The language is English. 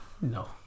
No